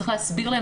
צריך להסביר להם,